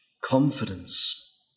confidence